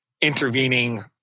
intervening